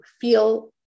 feel